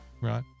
right